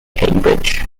cambridge